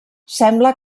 sembla